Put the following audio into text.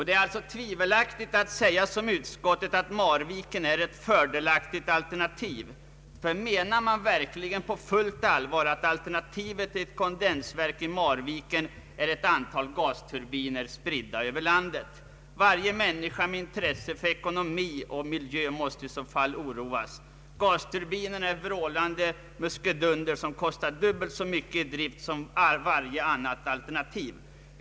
Det är alltså tvivelaktigt att säga som utskottet att Marviken är ett fördelaktigt alternativ. Menar man verkligen på fullt allvar att alternativet till ett kondensverk i Marviken är ett antal gasturbiner spridda över landet? Varje människa med intresse för ekonomi och miljö måste i så fall oroas. Gasturbinerna är vrålande muskedunder som kostar dubbelt så mycket i drift som varje annat alternativ.